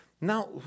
now